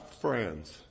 friends